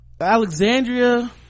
alexandria